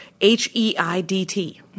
H-E-I-D-T